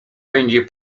będzie